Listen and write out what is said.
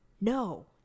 no